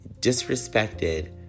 disrespected